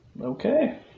Okay